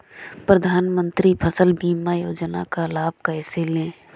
प्रधानमंत्री फसल बीमा योजना का लाभ कैसे लें?